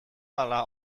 ala